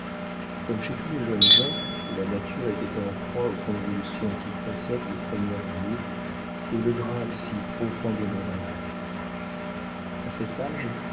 comme chez tous les jeunes gens la nature était en proie aux convulsions qui précèdent le premier amour et le gravent si profondément dans l'âme a cet âge